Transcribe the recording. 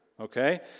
Okay